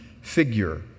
figure